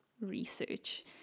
research